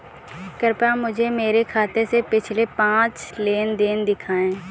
कृपया मुझे मेरे खाते से पिछले पांच लेन देन दिखाएं